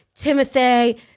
timothy